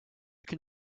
can